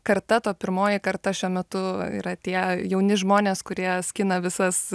karta to pirmoji karta šiuo metu yra tie jauni žmonės kurie skina visas